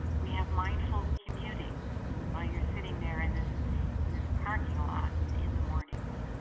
we have mindful commuting while you're sitting there in this in this parking lot in the mornings.